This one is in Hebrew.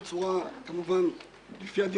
אל תגיד לי, "אתה טועה".